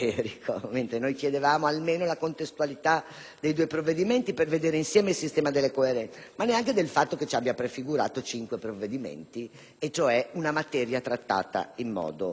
dei due provvedimenti per vedere insieme il sistema delle coerenze), ma neanche del fatto che egli ci abbia prefigurato cinque provvedimenti e cioè una materia trattata in modo disorganico. Tale carenza